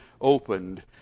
opened